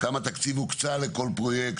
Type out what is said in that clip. כמה תקציב הוקצה לכל פרויקט,